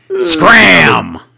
scram